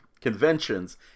conventions